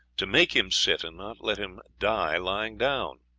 to make him sit, and not let him die lying down.